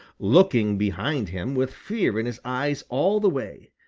looking behind him with fear in his eyes all the way.